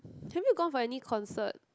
have you gone for any concert